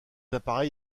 appareil